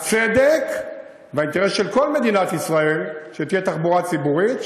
הצדק והאינטרס של כל מדינת ישראל הם שתהיה תחבורה ציבורית,